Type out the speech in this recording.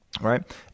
Right